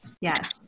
Yes